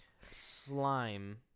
slime